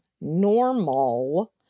normal